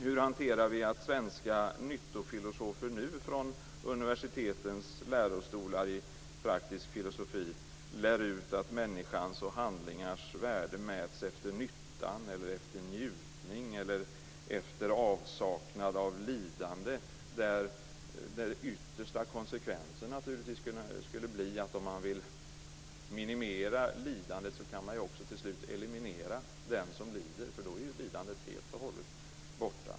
Hur hanterar vi att svenska nyttofilosofer nu från universitetens lärostolar i praktisk filosofi lär ut att människans och handlingars värde mäts efter nyttan, efter njutning eller efter avsaknad av lidande? Den yttersta konsekvensen skulle naturligtvis bli att om man vill minimera lidandet kan man till slut eliminera den som lider, för då är lidandet helt och hållet borta.